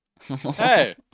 Hey